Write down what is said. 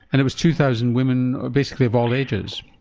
and it was two thousand women basically of all ages?